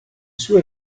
sue